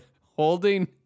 holding